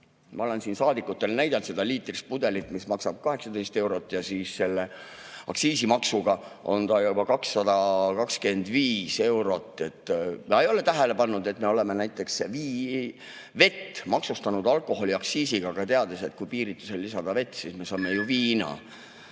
Ma olen siin saadikutele näidanud seda liitrist pudelit, mis maksaks 18 eurot, aga aktsiisimaksu tõttu maksab see juba 225 eurot. Ma ei ole tähele pannud, et me oleme näiteks vett maksustanud alkoholiaktsiisiga, teades, et kui piiritusele lisada vett, siis me saame viina.